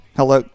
Hello